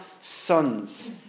sons